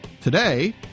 Today